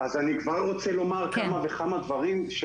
אני רוצה לומר כמה וכמה דברים.